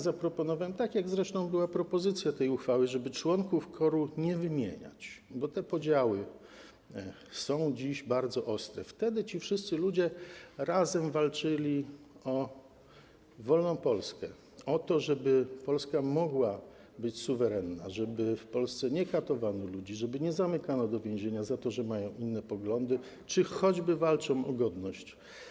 Zaproponowałem, taka zresztą była propozycja dotycząca tej uchwały, żeby członków KOR-u nie wymieniać, bo te podziały są dziś bardzo ostre, a wtedy ci wszyscy ludzie razem walczyli o wolną Polskę, o to, żeby Polska mogła być suwerenna, żeby w Polsce nie katowano ludzi, żeby nie zamykano ich w więzieniu za to, że mają inne poglądy czy choćby walczą o godność.